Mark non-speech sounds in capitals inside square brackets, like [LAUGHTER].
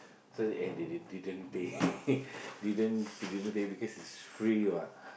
so and they they didn't pay [LAUGHS] didn't they didn't pay because it's free [what]